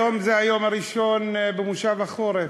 היום הוא היום הראשון בכנס החורף.